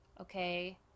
Okay